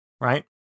Right